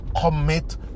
commit